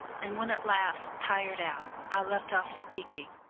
and when at last, tired out, i left off speaking,